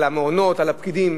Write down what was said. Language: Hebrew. המעונות, על הפקידים.